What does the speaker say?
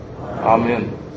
Amen